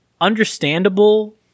understandable